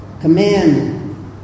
command